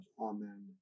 Amen